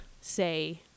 say